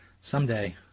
someday